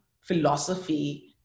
philosophy